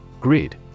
Grid